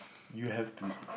you have to